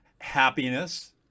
happiness